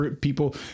people